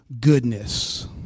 goodness